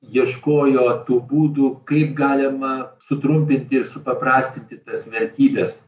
ieškojo tų būdų kaip galima sutrumpinti ir supaprastinti tas vertybes